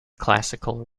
classical